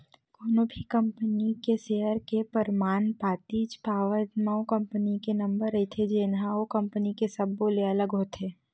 कोनो भी कंपनी के सेयर के परमान पातीच पावत म ओ कंपनी के नंबर रहिथे जेनहा ओ कंपनी के सब्बो ले अलगे होथे